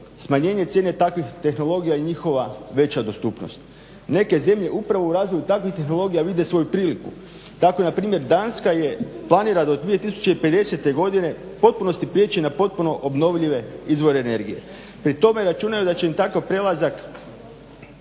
smanjenje cijene takvih tehnologija i njihova veća dostupnost. Neke zemlje upravo u razvoju takvih tehnologija vide svoju priliku. Tako npr. Danska planira do 2050. godine u potpunosti prijeći na potpuno obnovljive izvore energije. Pri tome računaju da će im takav prelazak